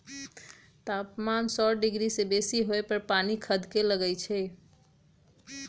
तापमान सौ डिग्री से बेशी होय पर पानी खदके लगइ छै